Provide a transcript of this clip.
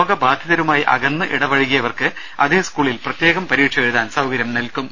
രോഗബാധിതരുമായി അകന്ന് ഇടപഴകിയ വർക്ക് അതേ സ്കൂളിൽ പ്രത്യേകം പരീക്ഷ എഴുതാൻ സൌകര്യം ഒരുക്കും